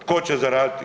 Tko će zaraditi?